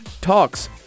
talks